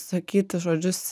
sakyti žodžius